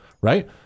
right